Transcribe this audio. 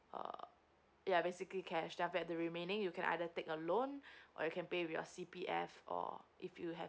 err ya basically cash at the remaining you can either take a loan or you can pay with your C_P_F or if you have